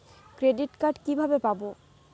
Credit card কিভাবে পাব?